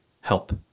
help